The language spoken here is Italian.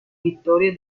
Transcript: vittoria